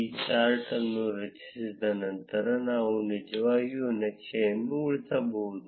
ಈ ಚಾರ್ಟ್ ಅನ್ನು ರಚಿಸಿದ ನಂತರ ನಾವು ನಿಜವಾಗಿಯೂ ನಕ್ಷೆಯನ್ನು ಉಳಿಸಬಹುದು